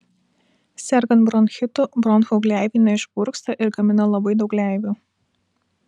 sergant bronchitu bronchų gleivinė išburksta ir gamina labai daug gleivių